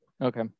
Okay